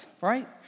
right